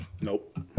Nope